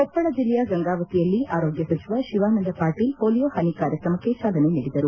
ಕೊಪ್ಪಳ ಜಿಲ್ಲೆಯ ಗಂಗಾವತಿಯಲ್ಲಿ ಆರೋಗ್ಯ ಸಚಿವ ಶಿವನಾಂದ ಪಾಟೀಲ್ ಮೋಲಿಯೋ ಹನಿ ಕಾರ್ಯಕ್ರಮಕ್ಕೆ ಚಾಲನೆ ನೀಡಿದರು